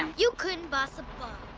and you couldn't boss a